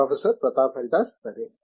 professor Pratap Haridas సరే